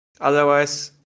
Otherwise